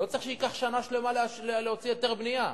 לא צריך שייקח שנה שלמה להוציא היתר בנייה.